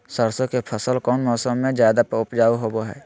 सरसों के फसल कौन मौसम में ज्यादा उपजाऊ होबो हय?